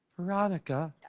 veronica.